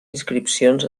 inscripcions